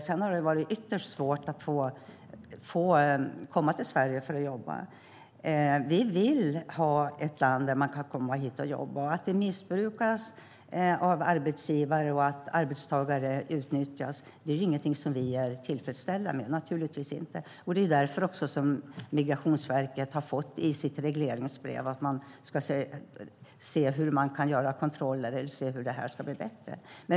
Sedan har det varit ytterst svårt att komma till Sverige för att jobba. Vi vill att Sverige ska vara ett land dit man kan komma för att jobba. Att möjligheten missbrukas av arbetsgivare och att arbetstagare utnyttjas är naturligtvis inget som vi är tillfredsställda med. Det är därför som det i regleringsbrevet till Migrationsverket framgår att verket ska se över hur kontrollerna kan bli bättre.